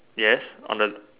yes on the